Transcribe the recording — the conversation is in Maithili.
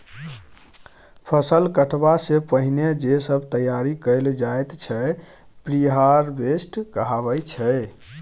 फसल कटबा सँ पहिने जे सब तैयारी कएल जाइत छै प्रिहारवेस्ट कहाबै छै